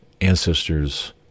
ancestors